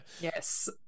yes